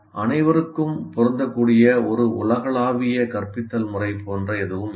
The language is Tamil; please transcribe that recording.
அனைவருக்கும் பொருந்தக்கூடிய ஒரு உலகளாவிய கற்பித்தல் முறை போன்ற எதுவும் இல்லை